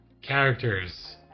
characters